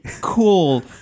cool